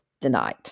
denied